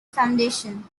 foundation